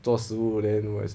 做食物 then what's